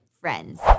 friends